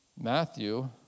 Matthew